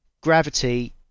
Gravity